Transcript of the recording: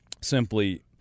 simply